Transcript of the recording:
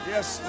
Yes